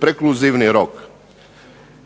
prekluzivni rok.